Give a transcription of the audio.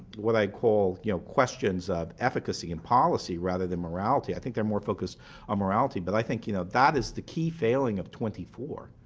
what i call you know questions of efficacy and policy, rather than morality. i think they're more focused on morality. but i think you know that is the key failing of twenty four,